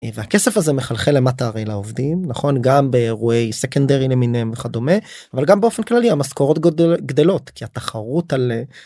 הכסף הזה מחלחל למטה הרי לעובדים נכון גם באירועי סקנדרי למיניהם וכדומה אבל גם באופן כללי המשכורות גדלות כי התחרות על.